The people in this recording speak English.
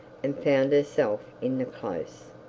and found herself in the close.